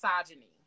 misogyny